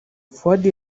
fuadi